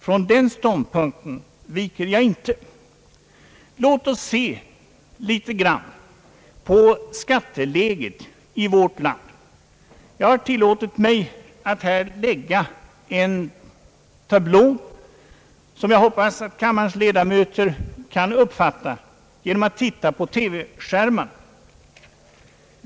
Från den ståndpunkten viker jag inte. Låt oss se litet grand på skatteläget i vårt land. Jag har tillåtit mig att här visa en tablå, som jag hoppas att kammarens ledamöter kan uppfatta genom att titta på TV-skärmarna.